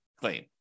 claim